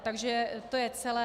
Takže to je celé.